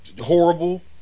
horrible